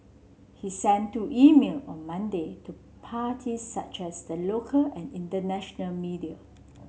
he sent two email on Monday to parties such as the local and international media